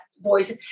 voice